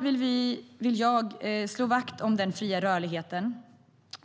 vill jag slå vakt om den fria rörligheten.